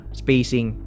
spacing